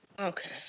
Okay